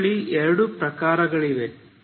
ನಿಮ್ಮ ಬಳಿ ಎರಡು ಪ್ರಕರಣಗಳಿವೆ